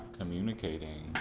communicating